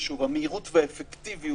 במצטבר, כל העיכוב שקרה מתחילת שבוע.